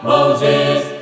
Moses